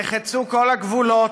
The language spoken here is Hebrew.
נחצו כל הגבולות,